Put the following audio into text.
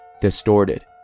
distorted